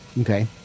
Okay